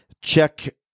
Check